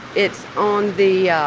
it's on the yeah